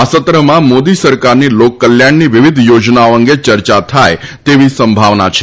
આ સત્રમાં મોદી સરકારની લોકકલ્યાણની વિવિધ યોજનાઓ અંગે ચર્ચા થાય તેવી સંભાવના છે